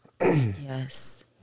Yes